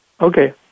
Okay